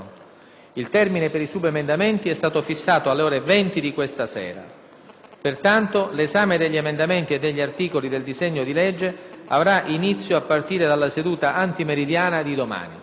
Il termine per i subemendamenti è stato fissato alle ore 20 di questa sera. Pertanto l'esame degli emendamenti e degli articoli del disegno di legge avrà inizio a partire dalla seduta antimeridiana di domani.